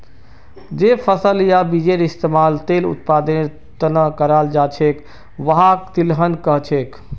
जे फसल या बीजेर इस्तमाल तेल उत्पादनेर त न कराल जा छेक वहाक तिलहन कह छेक